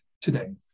today